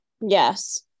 Yes